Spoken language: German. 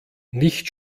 nicht